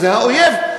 האויב.